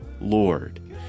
Lord